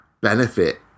benefit